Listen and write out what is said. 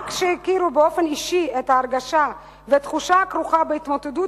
רק כשיכירו באופן אישי את ההרגשה והתחושה הכרוכות בהתמודדות